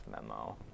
memo